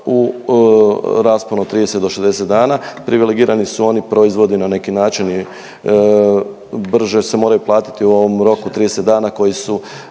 u rasponu od 30 do 60 dana. Privilegirani su oni proizvodi na neki način i brže se moraju platiti u ovom roku od 30 dana koji su